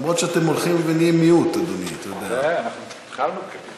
אדוני היושב-ראש, חברי הכנסת,